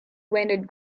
landed